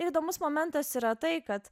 ir įdomus momentas yra tai kad